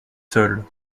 seule